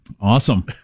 Awesome